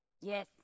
yes